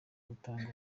gutanga